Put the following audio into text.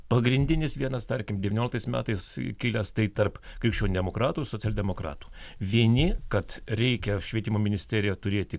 pagrindinis vienas tarkim devynioliktais metais kilęs tai tarp krikščionių demokratų ir socialdemokratų vieni kad reikia švietimo ministeriją turėti